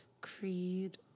Creed